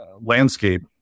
landscape